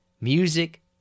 music